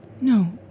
No